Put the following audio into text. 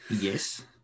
Yes